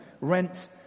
rent